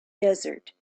desert